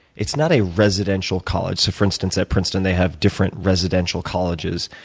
it's not a residential college. so for instance, at princeton, they have different residential colleges.